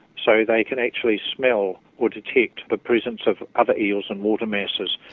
so they can actually smell or detect the presence of other eels in water masses.